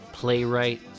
playwright